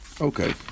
okay